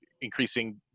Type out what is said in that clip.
increasing